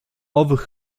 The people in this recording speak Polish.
owych